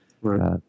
Right